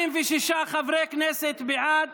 46 חברי כנסת בעד,